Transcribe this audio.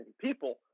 people